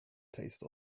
taste